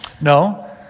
No